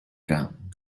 gun